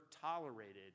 tolerated